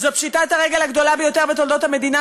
זו פשיטת הרגל הגדולה ביותר בתולדות המדינה,